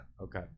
Okay